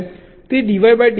તે dydx પાછળનો મૂળ વિચાર છે